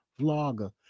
vlogger